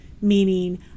Meaning